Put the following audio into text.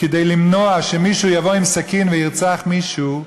כדי למנוע שמישהו יבוא עם סכין וירצח מישהו,